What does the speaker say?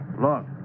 Look